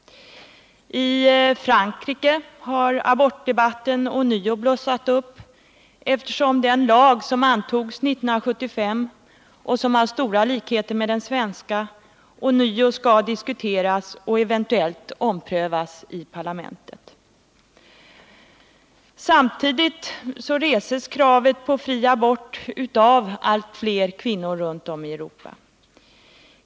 I Frankrike har abortdebatten ånyo blossat upp, eftersom den lag som antogs 1975 och som har stora likheter med den svenska ånyo skall diskuteras och eventuellt omprövas i parlamentet. Samtidigt reses kravet på fri abort av allt fler kvinnor runt om i Europa.